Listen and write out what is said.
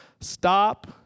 Stop